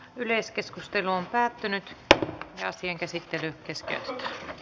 yleiskeskustelu päättyi ja asian käsittely keskeytettiin